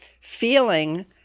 feeling